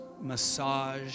massage